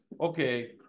okay